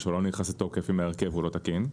שלו לא נכנס לתוקף אם ההרכב לא תקין,